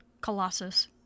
Colossus